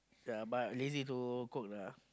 ya but lazy to cook lah